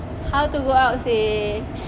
how to go out to seh